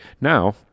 Now